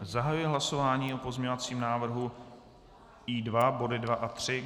Zahajuji hlasování o pozměňovacím návrhu I2 body 2 a 3.